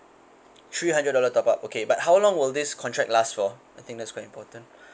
three hundred dollar top up okay but how long will this contract last for I think that's quite important